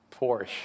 Porsche